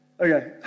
Okay